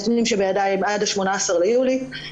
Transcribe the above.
הנתונים שבידיי עד ה-18 ביולי.